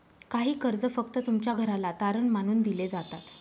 काही कर्ज फक्त तुमच्या घराला तारण मानून दिले जातात